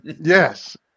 Yes